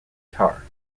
guitar